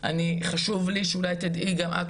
חשוב לי שאולי תדעי גם את,